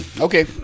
Okay